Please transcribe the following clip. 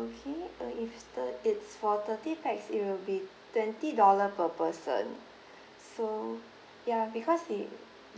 okay uh if the it's for thirty pax it will be twenty dollar per person so ya because they